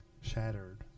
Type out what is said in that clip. shattered